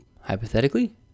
hypothetically